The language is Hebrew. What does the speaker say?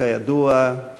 612, 618,